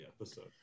episode